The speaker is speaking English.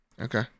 Okay